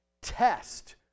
test